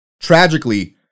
Tragically